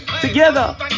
together